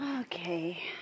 Okay